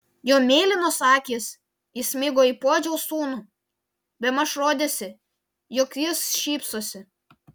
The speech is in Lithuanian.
jo mėlynos akys įsmigo į puodžiaus sūnų bemaž rodėsi jog jis šypsosi